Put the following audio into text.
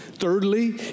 Thirdly